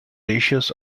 ratios